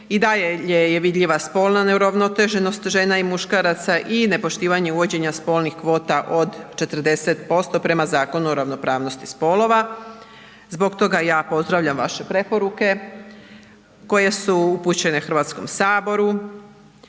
i dalje je vidljiva spolna neuravnoteženost žena i muškaraca i nepoštivanje uvođenja spolnih kvota od 40% prema Zakonu o ravnopravnosti spolova. Zbog toga ja pozdravljam vaše preporuke koje su upućene Hrvatskom saboru.